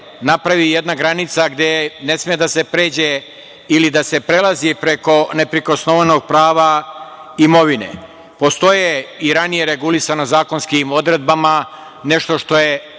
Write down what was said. napravi jedna granica gde ne sme da se pređe ili da se prelazi preko neprekosnovenog prava imovine. Postoje i ranije regulisana zakonskim odredbama nešto što je